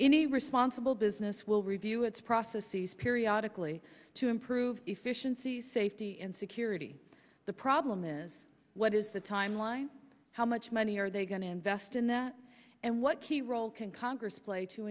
a responsible business will review its processes periodic lee to improve efficiency safety and security the problem is what is the timeline how much money are they going to invest in that and what key role can congress play to